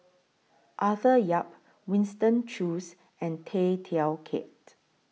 Arthur Yap Winston Choos and Tay Teow Kiat